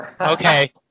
Okay